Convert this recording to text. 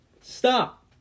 stop